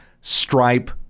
stripe